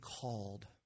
called